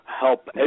help